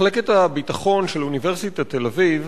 מחלקת הביטחון של אוניברסיטת תל-אביב